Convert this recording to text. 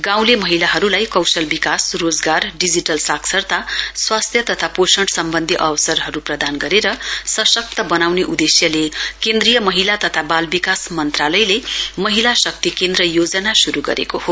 गाँउले महिलाहरूलाई कौशल विकास रोजगार डिजिटल साक्षरता स्वास्थ्य तथा पोषण सम्वन्धी अवसरहरू प्रदान गरेर सशक्त बनाउने उदेश्यले केन्द्रीय महिला तथा बाल विकास मन्त्रालयले महिला शक्ति केन्द्र योजना शुरू गरेको हो